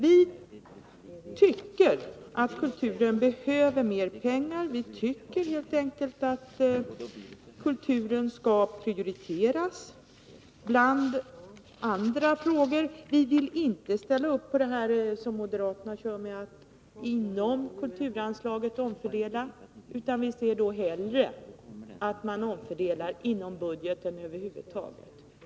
Vi tycker att kulturen behöver mer pengar, vi tycker helt enkelt att kulturen skall prioriteras bland andra frågor. Vi vill inte ställa upp för det som moderaterna kör med, att omfördela inom kulturanslaget, utan vi ser hellre att man omfördelar inom budgeten över huvud taget.